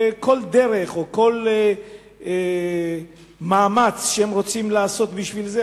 כל דרך או כל מאמץ שהם רוצים לעשות בשביל זה,